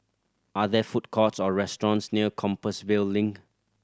are there food courts or restaurants near Compassvale Link